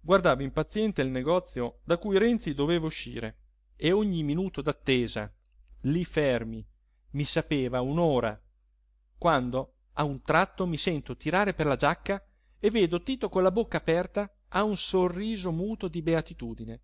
guardavo impaziente il negozio da cui renzi doveva uscire e ogni minuto d'attesa lí fermi mi sapeva un'ora quando a un tratto mi sento tirare per la giacca e vedo tito con la bocca aperta a un sorriso muto di beatitudine